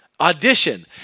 audition